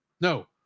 No